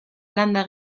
landa